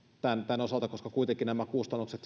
tämän osalta koska kuitenkin nämä kustannukset